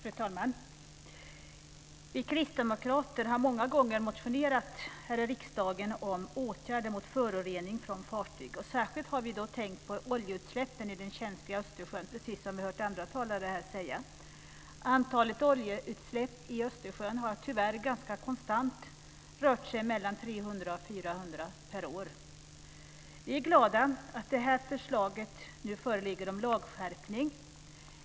Fru talman! Vi kristdemokrater har många gånger motionerat här i riksdagen om åtgärder mot förorening från fartyg. Särskilt har vi tänkt på oljeutsläppen i det känsliga Östersjön, precis som vi har hört andra talare här säga. Antalet oljeutsläpp i Östersjön har tyvärr ganska konstant rört sig mellan 300 och 400 per år. Vi är glada att förslaget om lagskärpning föreligger här.